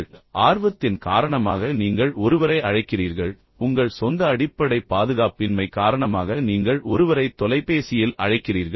எனவே ஆர்வத்தின் காரணமாக நீங்கள் ஒருவரை அழைக்கிறீர்கள் உங்கள் பாதுகாப்பின்மை உங்கள் சொந்த அடிப்படை பாதுகாப்பின்மை காரணமாக நீங்கள் ஒருவரை தொலைபேசியில் அழைக்கிறீர்கள்